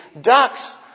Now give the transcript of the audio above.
ducks